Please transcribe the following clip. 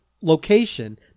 location